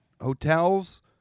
hotels